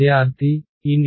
విద్యార్థి N x